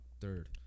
third